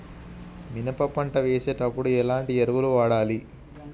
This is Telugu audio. మినప పంట వేసినప్పుడు ఎలాంటి ఎరువులు వాడాలి?